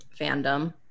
fandom